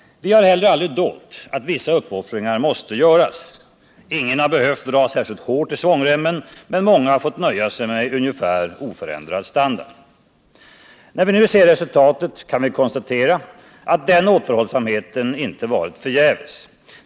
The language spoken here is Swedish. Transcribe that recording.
Vi har heller aldrig dolt att vissa uppoffringar måste göras. Ingen har behövt dra särskilt hårt i svångremmen, men många har fått nöja sig med ungefär oförändrad standard. När vi nu ser resultatet kan vi konstatera att den återhållsamheten inte har varit förgäves.